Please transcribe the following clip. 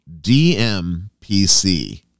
DMPC